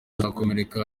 arakomereka